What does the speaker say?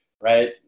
Right